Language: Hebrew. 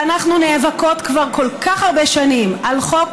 ואנחנו נאבקות כבר כל כך הרבה שנים על חוק